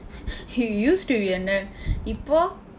you used to be a nerd இப்போ:ippoo